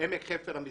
עמק חפר המזרחי.